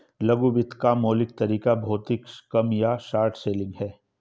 लघु वित्त का मौलिक तरीका भौतिक कम या शॉर्ट सेलिंग है